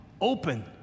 open